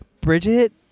Bridget